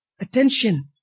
attention